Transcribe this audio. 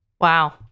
Wow